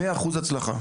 מאה אחוז הצלחה.